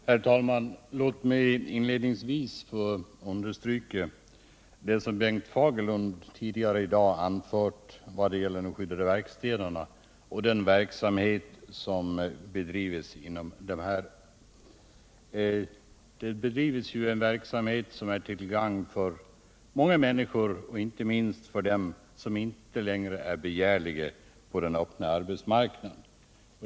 Herr talman! Låt mig inledningsvis få understryka vad Bengt Fagerlund tidigare i dag anfört vad gäller de skyddade verkstäderna och den verksamhet som där bedrives. Denna är till gagn för många människor, inte minst för dem som inte längre är begärliga på den öppna arbetsmarknaden.